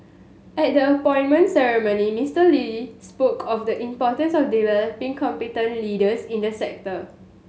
at the appointment ceremony Mister Lee spoke of the importance of developing competent leaders in the sector